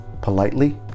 politely